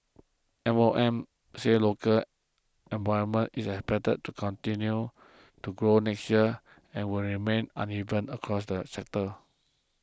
M O M said local employment is expected to continue to grow next year and it will remain uneven across the sectors